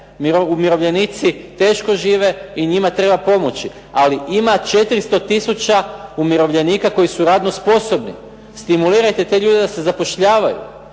umirovljenici teško žive i njima treba pomoći, ali ima 400 tisuća umirovljenika koji su radno sposobni, stimulirajte te ljude da se zapošljavaju,